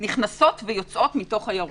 נכנסות ויוצאות מתוך הירוק.